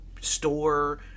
store